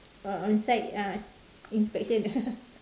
uh on site uh inspection